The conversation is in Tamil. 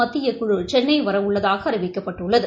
மத்தியக்குழு சென்னை வரவுள்ளதாக அறிவிக்கப்பட்டுள்ளது